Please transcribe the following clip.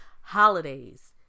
holidays